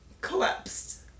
collapsed